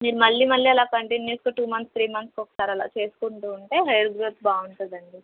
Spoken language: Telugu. మీరు మళ్ళీ మళ్ళీ అలా కంటిన్యూస్గా టూ మంత్స్ త్రీ మంత్స్కి ఒకసారి అలా చేసుకుంటు ఉంటే హెయిర్ గ్రోత్ బాగుంటుంది అండి